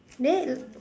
there